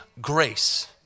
grace